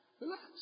Relax